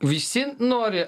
visi nori